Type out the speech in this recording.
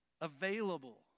available